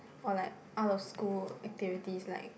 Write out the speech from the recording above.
or like out of school activities like